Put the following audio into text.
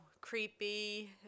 creepy